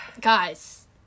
Guys